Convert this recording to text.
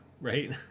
right